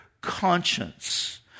conscience